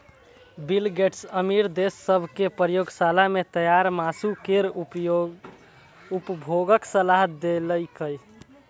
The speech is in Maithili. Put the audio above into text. बिल गेट्स अमीर देश सभ कें प्रयोगशाला मे तैयार मासु केर उपभोगक सलाह देलकैए